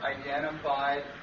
identified